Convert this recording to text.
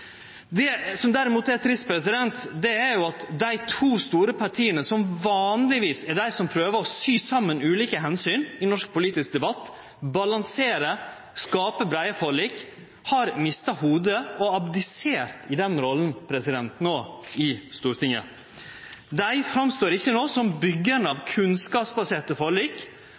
Det som derimot er trist, er at dei to store partia som vanlegvis er dei som prøver å sy saman ulike omsyn i norsk politisk debatt, balanserer og skaper breie forlik, har mista hovudet og abdisert i den rolla i Stortinget. Dei viser seg ikkje no som byggjarar av kunnskapsbaserte forlik,